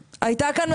העסקית.